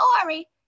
story